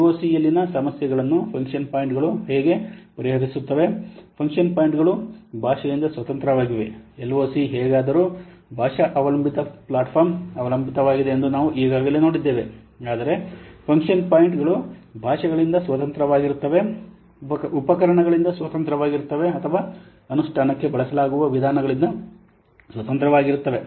ಎಲ್ಒಸಿಯಲ್ಲಿನ ಸಮಸ್ಯೆಗಳನ್ನು ಫಂಕ್ಷನ್ ಪಾಯಿಂಟ್ಗಳು ಹೇಗೆ ಪರಿಹರಿಸುತ್ತವೆ ಫಂಕ್ಷನ್ ಪಾಯಿಂಟ್ಗಳು ಭಾಷೆಯಿಂದ ಸ್ವತಂತ್ರವಾಗಿವೆ ಎಲ್ಒಸಿ ಹೇಗಾದರೂ ಭಾಷಾ ಅವಲಂಬಿತ ಪ್ಲಾಟ್ಫಾರ್ಮ್ ಅವಲಂಬಿತವಾಗಿದೆ ಎಂದು ನಾವು ಈಗಾಗಲೇ ನೋಡಿದ್ದೇವೆ ಆದರೆ ಫಂಕ್ಷನ್ ಪಾಯಿಂಟ್ಗಳು ಭಾಷೆಗಳಿಂದ ಸ್ವತಂತ್ರವಾಗಿರುತ್ತವೆ ಉಪಕರಣಗಳಿಂದ ಸ್ವತಂತ್ರವಾಗಿರುತ್ತವೆ ಅಥವಾ ಅನುಷ್ಠಾನಕ್ಕೆ ಬಳಸಲಾಗುವ ವಿಧಾನಗಳಿಂದ ಸ್ವತಂತ್ರವಾಗಿರುತ್ತವೆ